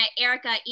Erica